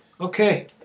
okay